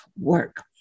Work